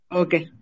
okay